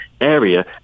area